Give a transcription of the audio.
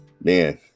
Man